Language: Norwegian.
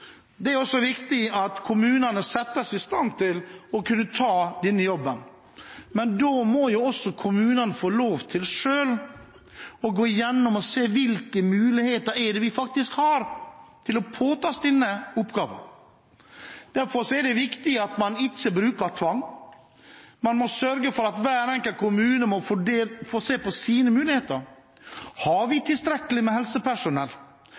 Det er også viktig at kommunene settes i stand til å kunne ta denne jobben, men da må kommunene selv få lov til å se på hvilke muligheter de faktisk har til å påta seg denne oppgaven. Derfor er det viktig at man ikke bruker tvang. Man må sørge for at hver enkelt kommune får se på sine muligheter: Har vi tilstrekkelig med helsepersonell?